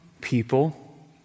people